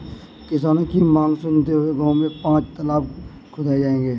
किसानों की मांग सुनते हुए गांव में पांच तलाब खुदाऐ जाएंगे